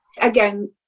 Again